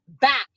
back